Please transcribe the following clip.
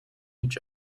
each